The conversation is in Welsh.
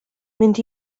mynd